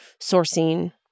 sourcing